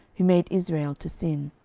who made israel to sin.